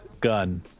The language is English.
gun